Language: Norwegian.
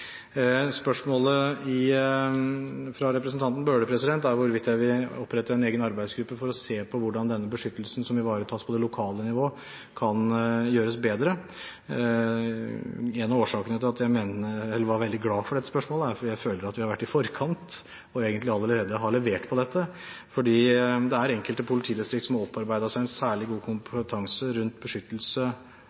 Spørsmålet fra representanten Bøhler er hvorvidt jeg vil opprette en egen arbeidsgruppe for å se på hvordan beskyttelsen som ivaretas på det lokale nivå, kan gjøres bedre. En av årsakene til at jeg var veldig glad for dette spørsmålet, er at jeg føler vi har vært i forkant og egentlig allerede har levert på dette, fordi det er enkelte politidistrikt som har opparbeidet seg en særlig god kompetanse rundt beskyttelse